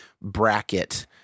bracket